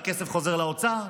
והכסף חוזר לאוצר.